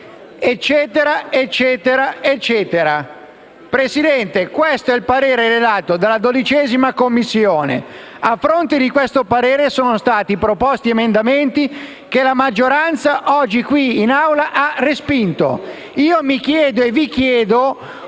Presidente, questo è il parere redatto dalla 12a Commissione e, a fronte di questo parere, sono stati proposti emendamenti che la maggioranza oggi qui, in Aula, ha respinto. Io mi chiedo, vi chiedo,